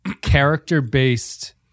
character-based